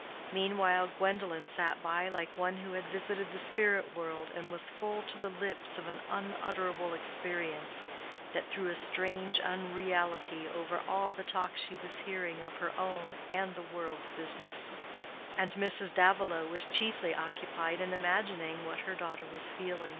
meanwhile gwendolen sat by like one who had visited the spirit-world and was full to the lips of an unutterable experience that threw a strange unreality over all the talk she was hearing of her own and the world's business and mrs. davilow was chiefly occupied in imagining what her daughter was feeling,